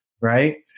right